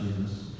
Jesus